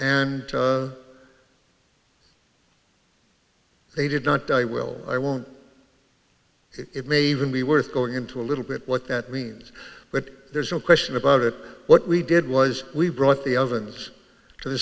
and they did not die will i won't it may even be worth going into a little bit what that means but there's no question about it what we did was we brought the ovens to the